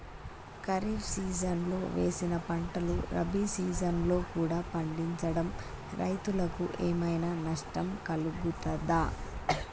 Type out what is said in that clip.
ఖరీఫ్ సీజన్లో వేసిన పంటలు రబీ సీజన్లో కూడా పండించడం రైతులకు ఏమైనా నష్టం కలుగుతదా?